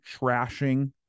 trashing